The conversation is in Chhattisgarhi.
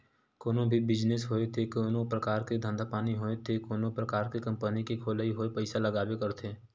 कोनो भी बिजनेस होय ते कोनो परकार के धंधा पानी होय ते कोनो परकार के कंपनी के खोलई होय पइसा लागबे करथे